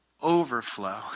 overflow